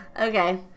Okay